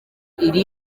iri